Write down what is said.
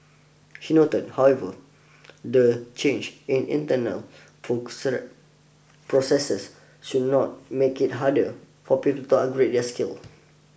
he noted however the changes in internal processes should not make it harder for people to upgrade their skills